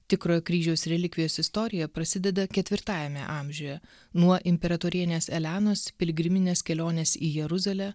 tikrojo kryžiaus relikvijos istorija prasideda ketvirtajame amžiuje nuo imperatorienės elenos piligriminės kelionės į jeruzalę